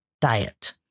diet